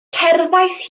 cerddais